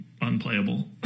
unplayable